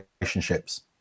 relationships